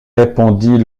répondit